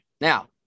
Now